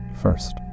first